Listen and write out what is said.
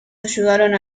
ayudaron